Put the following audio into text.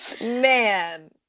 Man